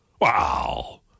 Wow